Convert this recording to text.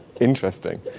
Interesting